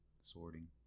Sorting